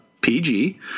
PG